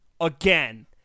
again